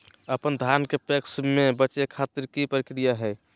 अपन धान के पैक्स मैं बेचे खातिर की प्रक्रिया हय?